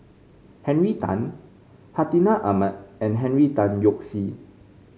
Henry Tan Hartinah Ahmad and Henry Tan Yoke See